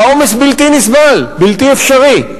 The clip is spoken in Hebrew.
והעומס בלתי נסבל, בלתי אפשרי.